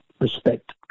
respect